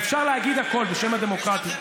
אפשר להגיד הכול בשם הדמוקרטיה,